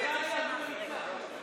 חבר הכנסת אבוטבול,